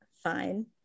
fine